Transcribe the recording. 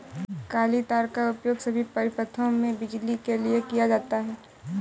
काली तार का उपयोग सभी परिपथों में बिजली के लिए किया जाता है